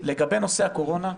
לגבי נושא הקורונה,